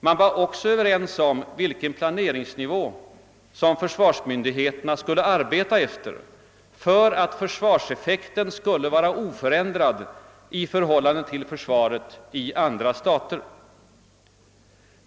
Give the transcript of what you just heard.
Man var också överens om vilken planeringsnivå som försvarsmyndigheterna skulle arbeta efter för att försvarseffekten skulle vara oförändrad i förhållande till försvaret i andra stater.